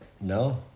no